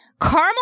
caramel